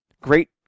great